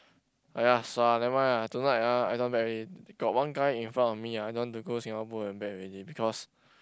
!aiya! sua ah never mind lah tonight ah I don't wanna bet already got one guy in front of me ah don't want to go Singapore and bet already because